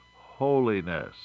holiness